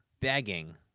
begging